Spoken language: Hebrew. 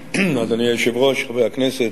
היושב-ראש, חברי הכנסת,